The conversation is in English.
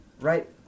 Right